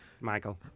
Michael